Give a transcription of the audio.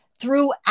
throughout